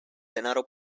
denaro